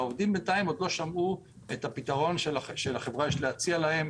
העובדים בינתיים עוד לא שמעו את הפתרון שלחברה יש להציע להם.